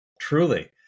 truly